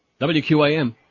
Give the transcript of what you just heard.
WQAM